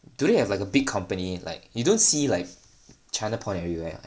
do they have like a big company like you don't see like China porn everywhere